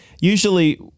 usually